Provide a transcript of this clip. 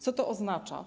Co to oznacza?